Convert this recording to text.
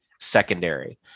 secondary